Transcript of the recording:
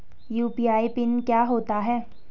UPI PIN क्या होता है?